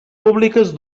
públiques